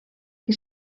que